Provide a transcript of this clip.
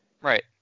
Right